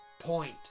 point